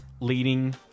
Leading